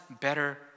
better